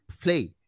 play